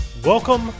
Welcome